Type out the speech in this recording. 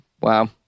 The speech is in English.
Wow